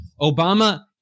Obama